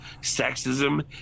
sexism